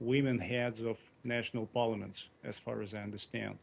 women heads of national parliaments, as far as i understand.